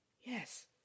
Yes